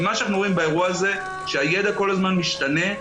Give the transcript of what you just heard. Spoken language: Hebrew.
אנחנו רואים באירוע הזה שהידע כל הזמן משתנה,